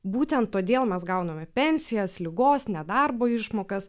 būtent todėl mes gauname pensijas ligos nedarbo išmokas